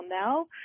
now